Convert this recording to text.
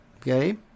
okay